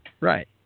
Right